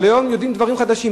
אבל היום יודעים דברים חדשים.